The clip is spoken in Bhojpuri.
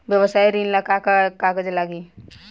व्यवसाय ऋण ला का का कागज लागी?